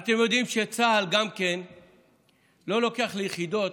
אתם יודעים שצה"ל לא לוקח ליחידות,